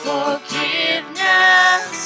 Forgiveness